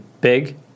Big